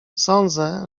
sądzę